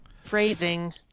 Phrasing